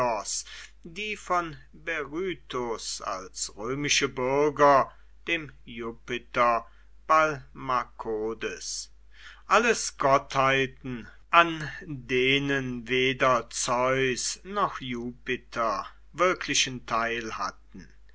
die von berytus als römische bürger dem jupiter balmarcodes alles gottheiten an denen weder zeus noch jupiter wirklichen teil hatten